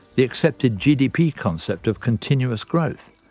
the accepted gdp concept of continuous growth?